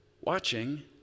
watching